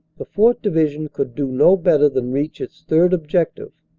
the fourth. division could do no better than reach its third objective,